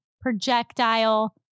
projectile